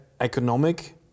economic